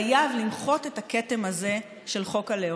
חייב למחות את הכתם הזה של חוק הלאום.